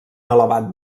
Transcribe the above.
elevat